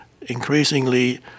increasingly